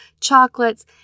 chocolates